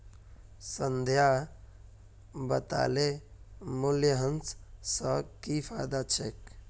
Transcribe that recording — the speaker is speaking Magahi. संध्या बताले मूल्यह्रास स की फायदा छेक